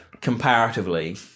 comparatively